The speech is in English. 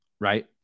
right